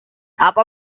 apa